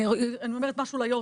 אני אומרת משהו ליו"ר,